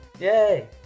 Yay